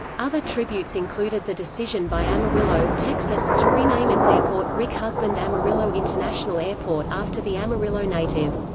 other tributes included the decision by amarillo, texas, to rename its airport rick husband amarillo international airport after the amarillo native.